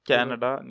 Canada